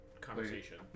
conversation